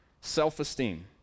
self-esteem